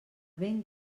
ben